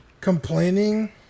complaining